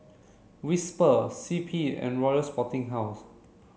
Whisper C P and Royal Sporting House